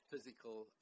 physical